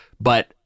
but-